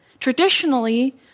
Traditionally